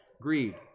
greed